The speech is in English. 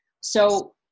So-